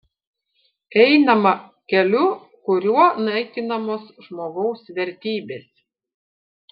einama keliu kuriuo naikinamos žmogaus vertybės